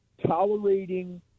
Tolerating